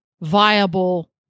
viable